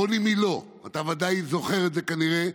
רוני מילוא, אתה ודאי זוכר את זה, כנראה,